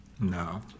No